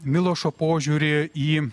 milošo požiūrį į